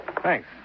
Thanks